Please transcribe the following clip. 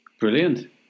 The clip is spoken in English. Brilliant